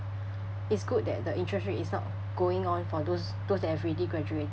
it's good that the interest rate is not going on for those those have already graduated lah